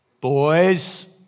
Boys